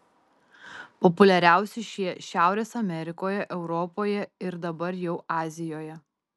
populiariausi šie šiaurės amerikoje europoje ir dabar jau azijoje